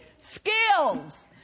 skills